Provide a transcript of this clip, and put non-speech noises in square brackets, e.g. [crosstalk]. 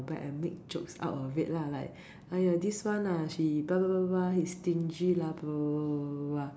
and make jokes out of it lah like !aiya! this one ah she [noise] he stingy lah (ppo）